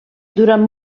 durant